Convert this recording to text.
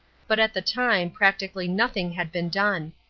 but at the time practically nothing had been done.